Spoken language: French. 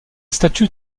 statue